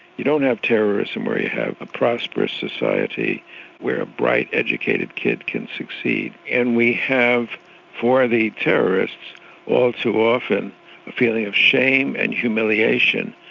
you don't have terrorism where you have a prosperous society where a bright, educated kid can succeed. and we have for the terrorists all too often a feeling of shame and humiliation,